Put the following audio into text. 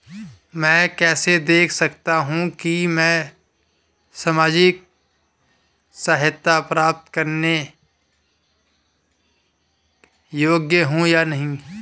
मैं कैसे देख सकता हूं कि मैं सामाजिक सहायता प्राप्त करने योग्य हूं या नहीं?